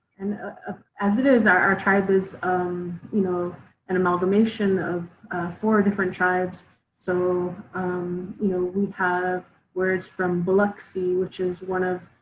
and as it is our tribe is um you know an amalgamation of four different tribes so um you know we have words from biloxi which is one of,